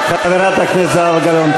חברת הכנסת זהבה גלאון,